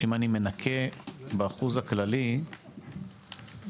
אם אני מנכה באחוז הכללי את